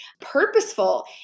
purposeful